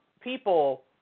people